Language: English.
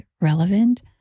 relevant